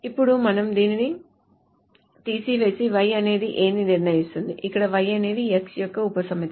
ఇప్పుడు మనం దానిని తీసివేసి Y అనేది A ని నిర్ణయిస్తుంది ఇక్కడ Y అనేది X యొక్క ఉపసమితి